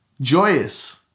Joyous